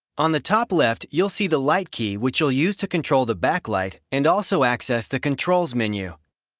on the top left, you'll see the light key, which you'll use to control the backlight and also access the controls menu.